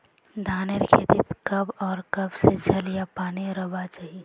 धानेर खेतीत कब आर कब से जल या पानी रहबा चही?